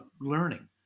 learning